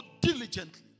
diligently